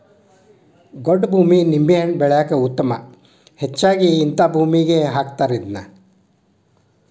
ಗೊಡ್ಡ ಭೂಮಿ ನಿಂಬೆಹಣ್ಣ ಬೆಳ್ಯಾಕ ಉತ್ತಮ ಹೆಚ್ಚಾಗಿ ಹಿಂತಾ ಭೂಮಿಗೆ ಹಾಕತಾರ ಇದ್ನಾ